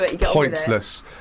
pointless